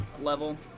level